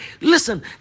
listen